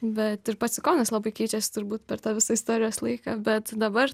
bet ir pats sikonas labai keičiasi turbūt per tą visą istorijos laiką bet dabar